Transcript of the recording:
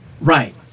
Right